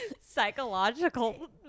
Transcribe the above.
psychological